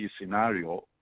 scenario